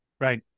Right